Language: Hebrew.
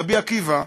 ורבי עקיבא,